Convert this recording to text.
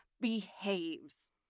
behaves